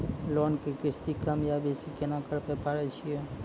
Loan के किस्ती कम या बेसी केना करबै पारे छियै?